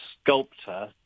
sculptor